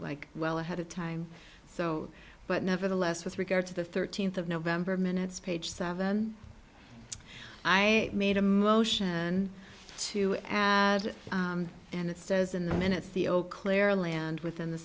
like well ahead of time so but nevertheless with regard to the thirteenth of november minutes page seven i made a motion to add and it says in the minutes the auclair land within the